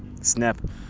snap